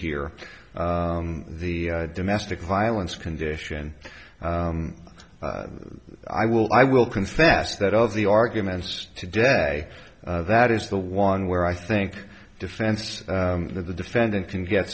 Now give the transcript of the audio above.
here the domestic violence condition i will i will confess that all of the arguments today that is the one where i think defense of the defendant can get